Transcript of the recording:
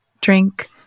Drink